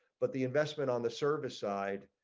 but the investment on the service side.